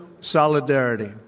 solidarity